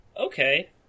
Okay